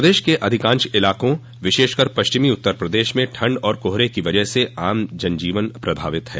प्रदेश के अधिकांश इलाकों विशेष कर पश्चिमी उत्तर प्रदेश में ठंड और कोहरे को वजह से आम जन जीवन प्रभावित है